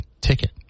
ticket